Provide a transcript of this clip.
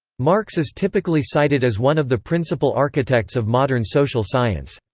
marx is typically cited as one of the principal architects of modern social science.